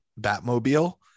Batmobile